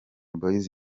boys